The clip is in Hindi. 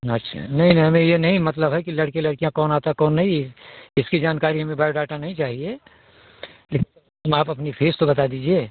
अच्छा नहीं नहीं हमें ये नहीं मतलब है कि लड़के लड़कियाँ कौन आता कौन नहीं इसकी जानकारी हमें बायोडाटा नहीं चाहिए लेकिन आप अपनी फ़ीस तो बता दीजिए